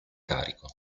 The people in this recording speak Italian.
carico